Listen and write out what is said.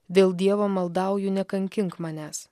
dėl dievo maldauju nekankink manęs